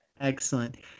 Excellent